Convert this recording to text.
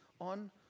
on